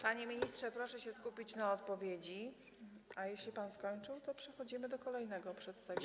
Panie ministrze, proszę się skupić na odpowiedzi, a jeśli pan skończył, to przechodzimy do kolejnego mówcy, przedstawiciela komisji.